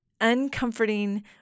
uncomforting